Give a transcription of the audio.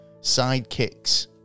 sidekicks